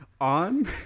on